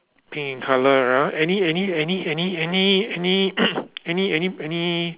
pink in colour ah any any any any any any any any any